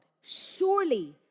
Surely